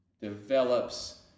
develops